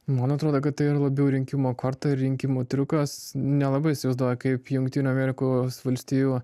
man atrodo kad tai yra labiau rinkimų korta ir rinkimų triukas nelabai įsivaizduoju kaip jungtinių amerikos valstijų